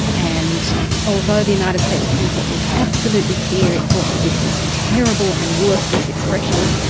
and although the united states supreme court was absolutely clear it thought that this was terrible and worthless expression,